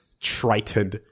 Triton